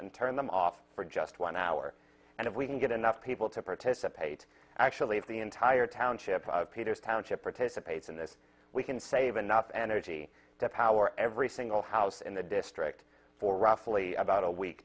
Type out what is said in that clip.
and turn them off for just one hour and if we can get enough people to participate actually of the entire township peters township participates in this we can save enough energy to power every single house in the district for roughly about a week